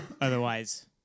Otherwise